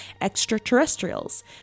extraterrestrials